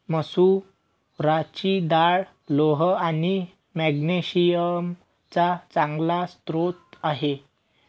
मसुराची डाळ लोह आणि मॅग्नेशिअम चा चांगला स्रोत आहे